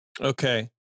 Okay